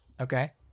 Okay